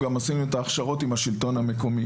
גם עשינו את ההכשרות עם השלטון המקומי.